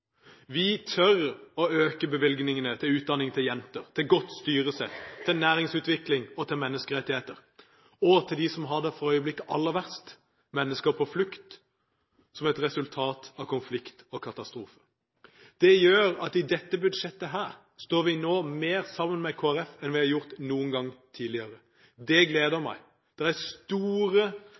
Vi tør å øke bevilgningene til utdanning til jenter, til godt styresett, til næringsutvikling og til menneskerettigheter – og til dem som for øyeblikket har det aller verst: mennesker på flukt som resultat av konflikt og katastrofe. Det gjør at vi i dette budsjettet står mer sammen med Kristelig Folkeparti enn det vi har gjort noen gang tidligere. Det gleder meg. Det er